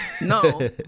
no